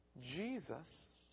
Jesus